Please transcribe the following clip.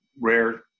rare